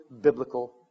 biblical